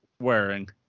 wearing